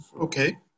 Okay